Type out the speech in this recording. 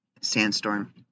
sandstorm